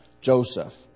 Joseph